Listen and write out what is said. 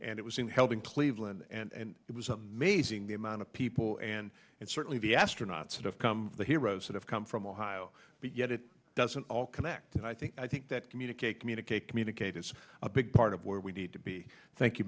and it was in helping cleveland and it was amazing the amount of people and certainly the astronaut sort of come the heroes that have come from ohio but yet it doesn't all connect and i think i think that communicate communicate communicate is a big part of where we need to be thank you